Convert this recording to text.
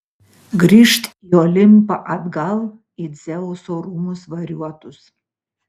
grįžt į olimpą atgal į dzeuso rūmus variuotus